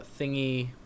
thingy